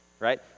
Right